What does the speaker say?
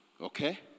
okay